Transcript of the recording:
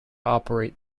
operate